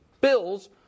Bills